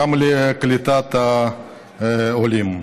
גם על קליטת העולים.